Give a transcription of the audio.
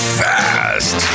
fast